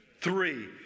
three